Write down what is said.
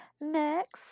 Next